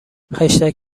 خشتک